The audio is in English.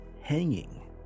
hanging